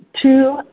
two